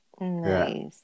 Nice